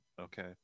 okay